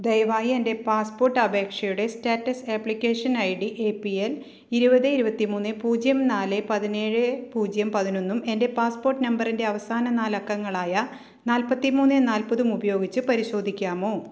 ദയവായി എൻ്റെ പാസ്പോർട്ട് അപേക്ഷയുടെ status application I D A P L ഇരുപത് ഇരുപത്തിമൂന്ന് പൂജ്യം നാല് പതിനേഴ് പൂജ്യം പതിനൊന്നും എൻ്റെ പാസ്പോർട്ട് നമ്പറിൻ്റെ അവസാന നാല് അക്കങ്ങളായ നാൽപ്പത്തി മൂന്ന് നാൽപ്പതും ഉപയോഗിച്ച് പരിശോധിക്കാമോ